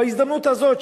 בהזדמנות הזאת,